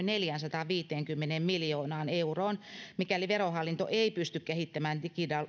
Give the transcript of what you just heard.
neljäänsataanviiteenkymmeneen miljoonaan euroon mikäli verohallinto ei pysty kehittämään